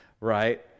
right